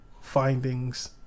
findings